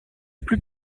plus